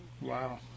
Wow